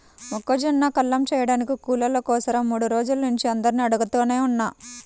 మొక్కజొన్న కల్లం చేయడానికి కూలోళ్ళ కోసరం మూడు రోజుల నుంచి అందరినీ అడుగుతనే ఉన్నా